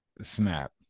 Snap